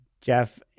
Jeff